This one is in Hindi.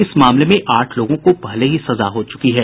इस मामले में आठ लोगों को पहले ही सजा हो चुकी है